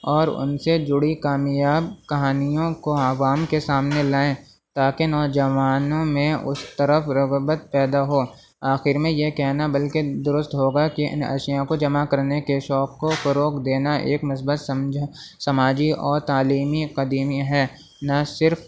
اور ان سے جڑی کامیاب کہانیوں کو عوام کے سامنے لائیں تاکہ نوجوانوں میں اس طرف رغبت پیدا ہو آخر میں یہ کہنا بلکہ درست ہوگا کہ ان اشیاء کو جمع کرنے کے شوق کو فروغ دینا ایک مثبت سمجھ سماجی اور تعلیمی قدیمی ہے نہ صرف